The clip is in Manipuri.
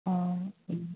ꯑꯥ ꯎꯝ